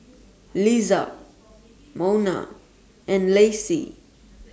Liza Monna and Lacey